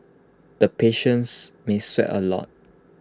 the patients may sweat A lot